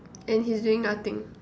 and he's doing nothing